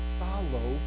follow